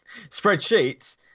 spreadsheets